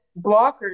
blockers